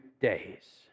days